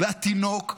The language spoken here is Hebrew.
והתינוק,